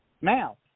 Now